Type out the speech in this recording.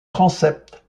transept